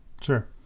sure